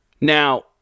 Now